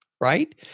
right